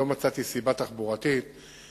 מספר הביקושים והנסיעות בחברת "רכבת